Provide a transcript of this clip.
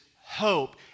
hope